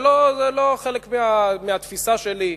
זה לא חלק מהתפיסה שלי,